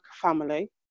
family